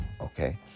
okay